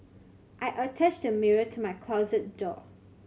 I attached a mirror to my closet door